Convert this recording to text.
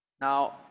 Now